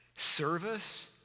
service